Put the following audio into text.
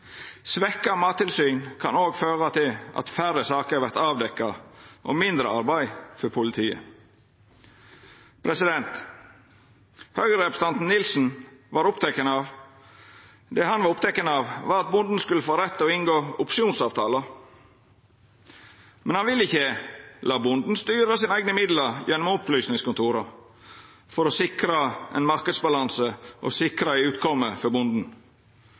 svekt mattilsyn kan òg føra til at færre saker vert avdekte, og mindre arbeid for politiet. Det Høgre-representanten Nilsen var oppteken av, var at bonden skulle få rett til å inngå opsjonsavtalar. Men han ville ikkje la bonden styra sine eigne midlar gjennom opplysningskontora for å sikra ein marknadsbalanse og ei utkome for bonden.